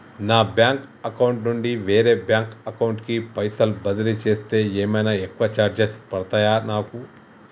నా bank account నుండి వేరే బ్యాంక్ అకౌంట్ కి పైసల్ బదిలీ చేస్తే ఏమైనా ఎక్కువ చార్జెస్ పడ్తయా నాకు?